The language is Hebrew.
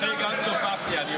על כלום אתה מוציא אותי.